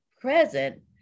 present